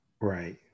Right